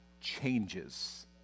changes